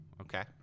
Okay